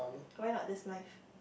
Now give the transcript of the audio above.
okay why not this life